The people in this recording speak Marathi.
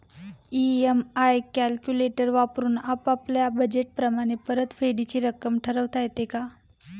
इ.एम.आय कॅलक्युलेटर वापरून आपापल्या बजेट प्रमाणे परतफेडीची रक्कम ठरवता येते का?